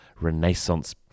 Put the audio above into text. renaissance